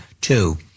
two